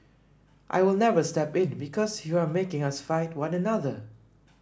I will never step in because you are making us fight one another